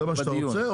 זה מה שאתה רוצה?